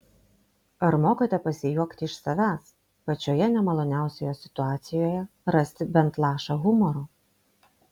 ar mokate pasijuokti iš savęs pačioje nemaloniausioje situacijoje rasti bent lašą humoro